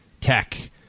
tech